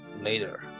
later